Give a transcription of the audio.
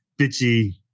bitchy